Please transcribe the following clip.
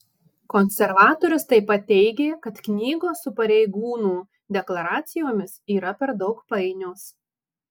konservatorius taip pat teigė kad knygos su pareigūnų deklaracijomis yra per daug painios